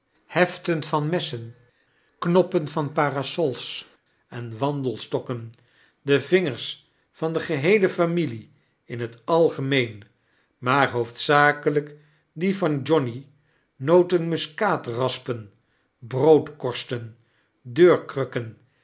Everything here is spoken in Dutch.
heften van messen knoppen van parasols en wandelstokken de vingers van de geheele familie in het algemeen maar hoofdzakelijk die van johnny notemuskaatraspen broodkorsten